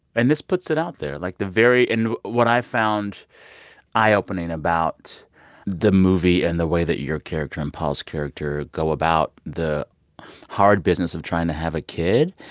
and this puts it out there. like, the very and what i found eye-opening about the movie and the way that your character and paul's character go about the hard business of trying to have a kid,